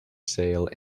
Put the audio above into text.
sale